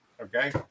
okay